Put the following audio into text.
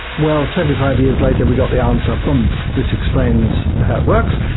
well, seventy five years later we got the answer, but this explains how it works',